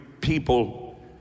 people